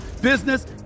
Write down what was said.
business